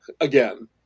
again